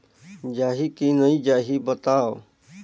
जाही की नइ जाही बताव?